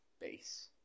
base